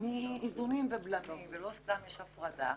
מאיזונים ובלמים ולא סתם יש הפרדה,